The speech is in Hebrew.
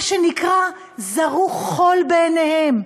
מה שנקרא: זרו חול בעיניהם.